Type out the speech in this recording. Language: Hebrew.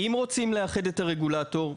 אם רוצים לאחד את הרגולטור,